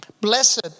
Blessed